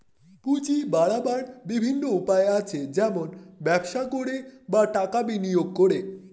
পুঁজি বাড়াবার বিভিন্ন উপায় আছে, যেমন ব্যবসা করে, বা টাকা বিনিয়োগ করে